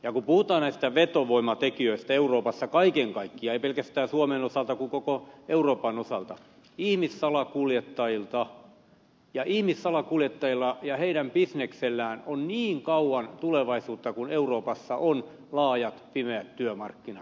kun puhutaan näistä vetovoimatekijöistä euroopassa kaiken kaikkiaan ei pelkästään suomen osalta vaan koko euroopan osalta niin ihmissalakuljettajilla ja heidän bisneksellään on niin kauan tulevaisuutta kuin euroopassa on laajat pimeät työmarkkinat